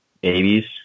Babies